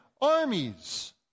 armies